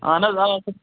اہن حظ آ